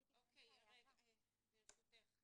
ראשית,